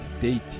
date